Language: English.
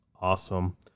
awesome